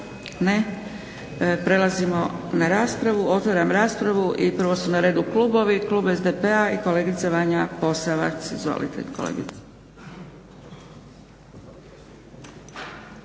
Ne. Prelazimo na raspravu. Otvaram raspravu i prvo su na redu klubovi. Klub SDP-a i kolegica Vanja Posavac.